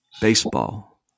Baseball